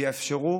ויאפשרו